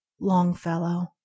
longfellow